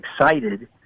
excited